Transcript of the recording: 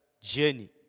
journey